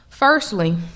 Firstly